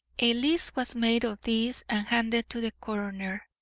a list was made of these and handed to the coroner,